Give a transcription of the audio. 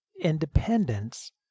independence